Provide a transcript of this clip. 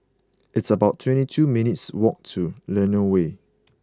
it's about twenty two minutes' walk to Lentor Way